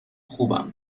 خوبم